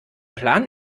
plan